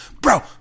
Bro